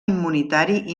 immunitari